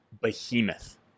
behemoth